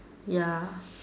ya